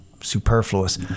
superfluous